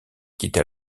quitta